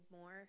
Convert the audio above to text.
more